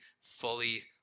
fully